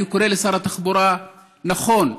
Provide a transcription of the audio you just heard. אני קורא לשר התחבורה: נכון,